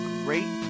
great